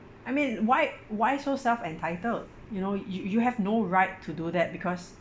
I mean why why so self entitled you know you you have no right to do that because